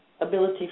ability